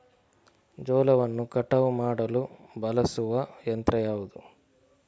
ಜೋಳವನ್ನು ಕಟಾವು ಮಾಡಲು ಬಳಸುವ ಯಂತ್ರ ಯಾವುದು?